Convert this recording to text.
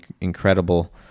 incredible